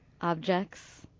objects